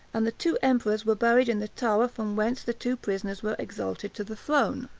and the two emperors were buried in the tower from whence the two prisoners were exalted to the throne.